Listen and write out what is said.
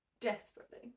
Desperately